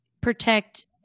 protect